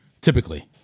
Typically